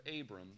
Abram